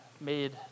made